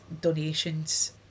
donations